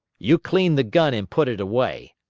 you cleaned the gun and put it away,